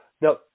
now